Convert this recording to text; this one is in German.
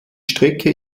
strecke